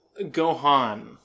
gohan